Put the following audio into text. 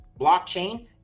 blockchain